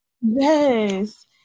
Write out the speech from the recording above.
yes